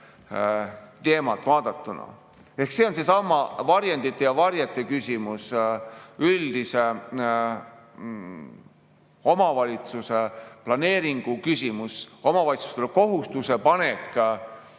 vaadatuna. Ehk see on seesama varjendite ja varjete küsimus, omavalitsuse üldise planeeringu küsimus, omavalitsustele kohustuse panek.